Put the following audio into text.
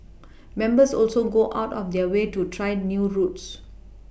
members also go out of their way to try new routes